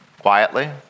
quietly